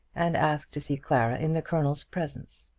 and ask to see clara in the colonel's presence.